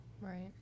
right